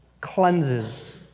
cleanses